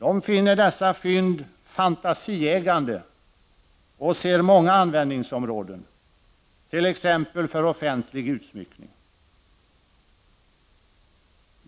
De finner dessa fynd fantasieggande och ser många användningsområden, t.ex. offentlig utsmyckning. Herr talman!